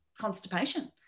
constipation